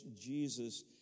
Jesus